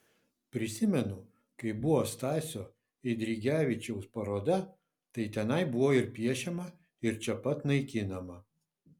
prisimenu kai buvo stasio eidrigevičiaus paroda tai tenai buvo ir piešiama ir čia pat naikinama